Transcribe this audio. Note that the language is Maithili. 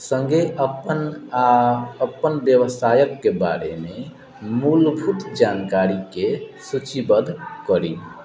सङ्गे अप्पन आ अप्पन व्यवसायके बारेमे मूलभूत जानकारीके सूचीबद्ध करी